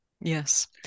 Yes